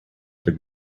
the